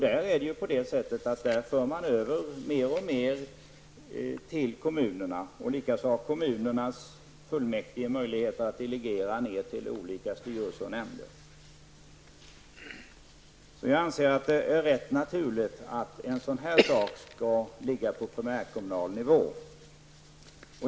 Beslutet kommer att innebära att mer och mer förs över till kommunerna. Likaså får kommunernas fullmäktige möjlighet att delegera uppgifter till olika styrelser och nämnder. Jag anser att det är naturligt att en sådan här sak ligger på primärkommunal nivå.